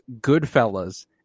Goodfellas